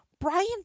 brian